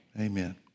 Amen